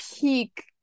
peak